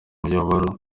umuyoboro